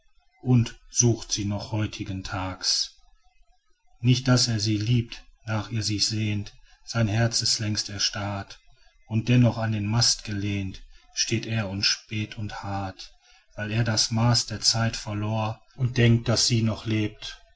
und sucht sie noch heutigen tags nicht daß er sie liebt nach ihr sich sehnt sein herz ist längst erstarrt und dennoch an den mast gelehnt steht er und späht und harrt weil er das maß der zeit verlor und denkt daß sie noch lebt